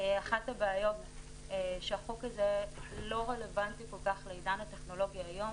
אחת הבעיות שהחוק הזה לא רלוונטי כל כך לעידן הטכנולוגיה היום,